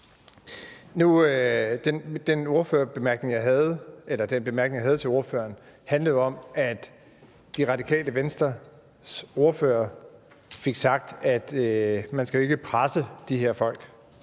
Den bemærkning, jeg havde til ordføreren, handlede om, at Det Radikale Venstres ordfører fik sagt, at man ikke skal presse de her folk.